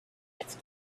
its